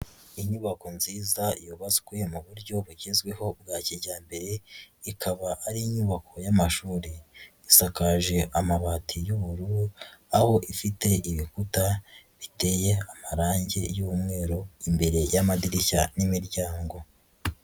Inyubako nziza yubatswe mu buryo bugezweho bwa kijyambere, ikaba ari inyubako y'amashuri, isakaje amabati y'ubururu, aho ifite ibikuta biteye amarangi y'umweru imbere y'amadirishya n'imiryango.